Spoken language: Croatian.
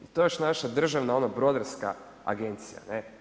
I to još naša državna, ono brodarska agencija.